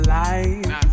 life